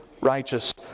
righteous